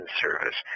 service